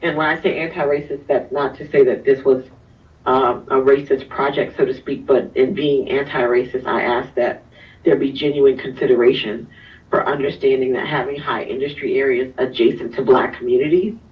and when i say anti-racist, that's not to say that this was um a racist project, so to speak, but in being anti-racist, i asked that there be genuine consideration for understanding that having high industry areas adjacent to black community,